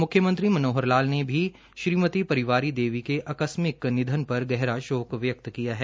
मुख्यमंत्री मनोहर लाल ने भी श्रीमति परिवारी देवी के आकस्मिक निधन पर गहरा शोक व्यक्त किया है